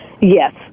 Yes